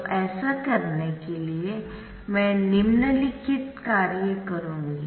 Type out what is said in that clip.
तो ऐसा करने के लिए मैं निम्नलिखित कार्य करूंगी